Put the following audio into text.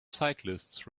cyclists